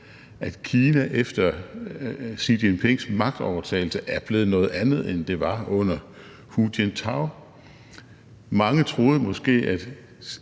at Kina efter Xi Jinpings magtovertagelse er blevet noget andet, end det var under Hu Jintao. Mange troede måske,